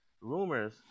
rumors